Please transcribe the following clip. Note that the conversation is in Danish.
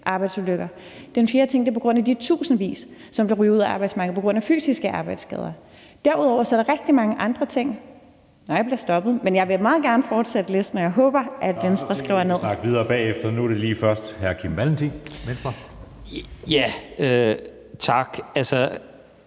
arbejdsulykker, og den fjerde ting er på grund af de tusinde, som vil ryge ud af arbejdsmarkedet på grund af fysiske arbejdsskader. Derudover er der rigtig mange andre ting. Nå, nu bliver jeg stoppet. Men jeg vil meget gerne fortsætte listen, og jeg håber, at Venstre skriver ned. Kl. 20:00 Anden næstformand (Jeppe Søe):